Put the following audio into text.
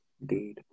Indeed